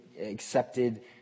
accepted